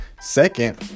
Second